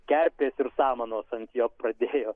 kerpės ir samanos ant jo pradėjo